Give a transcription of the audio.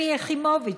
שלי יחימוביץ,